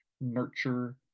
nurture